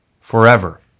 forever